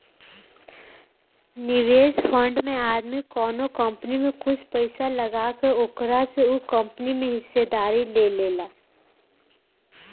निवेश फंड में आदमी कवनो कंपनी में कुछ पइसा लगा के ओकरा से उ कंपनी में हिस्सेदारी लेला